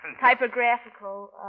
Typographical